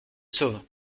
sauve